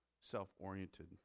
self-oriented